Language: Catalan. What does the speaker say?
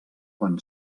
quan